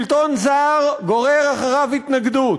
שלטון זר גורר אחריו התנגדות,